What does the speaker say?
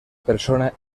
persona